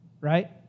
right